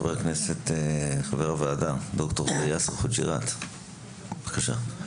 חבר הכנסת חבר הוועדה ד"ר יאסר חוגיראת, בבקשה.